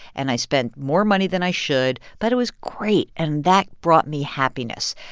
and i spent more money than i should, but it was great. and that brought me happiness